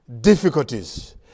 difficulties